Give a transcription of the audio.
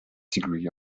degree